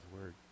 word